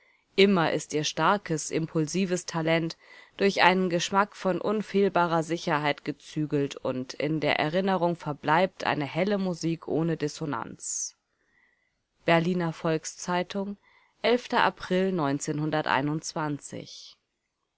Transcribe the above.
immer ist ihr starkes impulsives talent durch einen geschmack von unfehlbarer sicherheit gezügelt und in der erinnerung verbleibt eine helle musik ohne dissonanz berliner volks-zeitung april